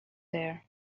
there